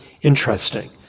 interesting